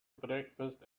breakfast